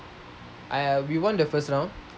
err we won the first round